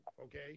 okay